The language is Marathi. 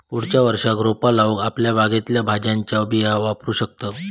पुढच्या वर्षाक रोपा लाऊक आपल्या बागेतल्या भाज्यांच्या बिया वापरू शकतंस